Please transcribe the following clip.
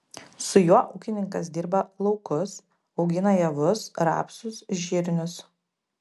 su juo ūkininkas dirba laukus augina javus rapsus žirnius